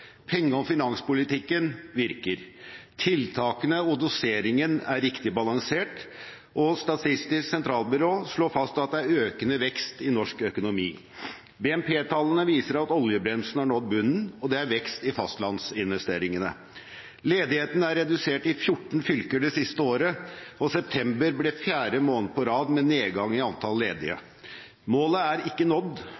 Penge- og finanspolitikken virker, tiltakene og doseringen er riktig balansert, og Statistisk sentralbyrå slår fast at det er økende vekst i norsk økonomi. BNP-tallene viser at oljebremsen har nådd bunnen, og at det er vekst i fastlandsinvesteringene. Ledigheten er redusert i 14 fylker det siste året, og september ble fjerde måned på rad med nedgang i antall ledige.